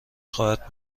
خواهد